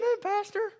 Pastor